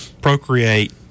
procreate